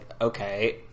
okay